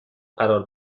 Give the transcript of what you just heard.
قرار